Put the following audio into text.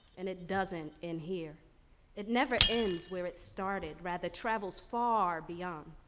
and it doesn't end here it never ends where it started, rather travels far beyond.